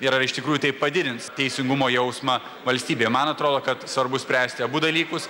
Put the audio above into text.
ir ar iš tikrųjų tai padidins teisingumo jausmą valstybėje man atrodo kad svarbu spręsti abu dalykus